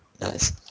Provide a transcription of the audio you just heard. Nice